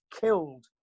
killed